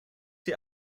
sie